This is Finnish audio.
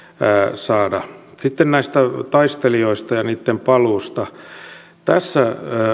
saada sitten näistä taistelijoista ja niitten paluusta tässä